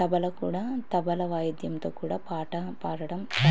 తబలా కూడా తబలా వాయిద్యంతో కూడా పాట పాడడం